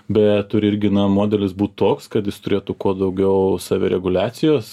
bet turi irgi na modelis būt toks kad jis turėtų kuo daugiau savireguliacijos